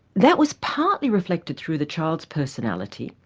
that was partly reflected through the child's personality,